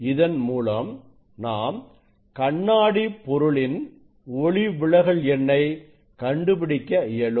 இதன் மூலம் நாம் கண்ணாடி பொருளின் ஒளிவிலகல் எண்ணை கண்டுபிடிக்க இயலும்